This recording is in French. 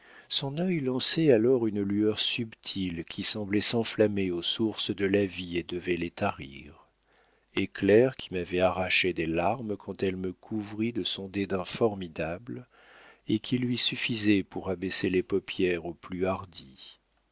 son œil lançait alors une lueur subtile qui semblait s'enflammer aux sources de la vie et devait les tarir éclair qui m'avait arraché des larmes quand elle me couvrit de son dédain formidable et qui lui suffisait pour abaisser les paupières aux plus hardis